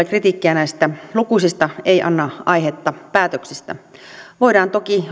kritiikkiä tulee näistä lukuisista ei anna aihetta päätöksistä voidaan toki